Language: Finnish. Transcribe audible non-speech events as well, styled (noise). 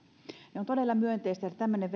ja on todella myönteistä että tämmöinen (unintelligible)